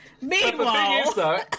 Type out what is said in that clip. Meanwhile